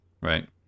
right